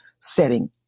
setting